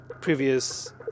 previous